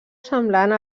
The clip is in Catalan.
semblant